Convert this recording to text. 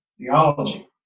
theology